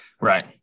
right